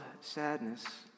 sadness